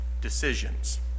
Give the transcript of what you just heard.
decisions